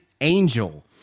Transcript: angel